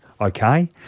okay